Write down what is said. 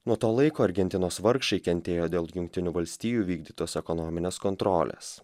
nuo to laiko argentinos vargšai kentėjo dėl jungtinių valstijų vykdytos ekonominės kontrolės